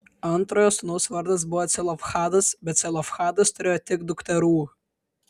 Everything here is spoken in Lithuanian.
antrojo sūnaus vardas buvo celofhadas bet celofhadas turėjo tik dukterų